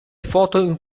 foto